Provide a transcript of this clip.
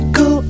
go